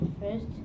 First